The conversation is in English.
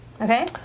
Okay